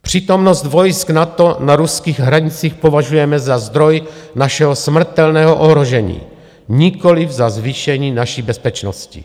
Přítomnost vojsk NATO na ruských hranicích považujeme za zdroj našeho smrtelného ohrožení, nikoli za zvýšení naší bezpečnosti.